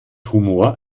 humor